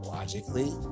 Logically